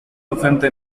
docente